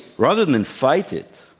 rather than fight it,